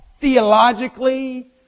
theologically